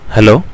Hello